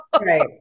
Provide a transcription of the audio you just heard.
Right